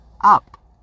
up